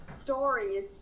stories